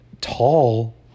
tall